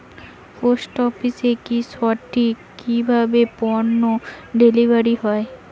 Post অফিসে কি সঠিক কিভাবে পন্য ডেলিভারি হয়?